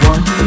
One